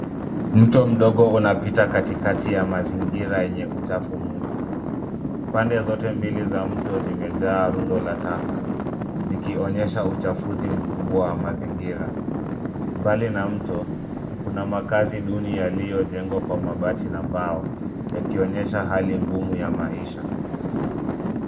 Mto mdogo unapita katikati ya mazingira yenye uchafu mwingi. Pande zote mbili za mto zimejaa rundo la taka zikionyesha uchafuzi mkubwa wa mazingira. Mbali na mto kuna makazi duni yaliyo jengwa kwa mabati na mbao, yakionyesha hali ngumu ya maisha.